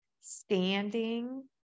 standing